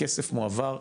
הכסף מועבר למוסד,